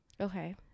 Okay